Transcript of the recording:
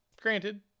Granted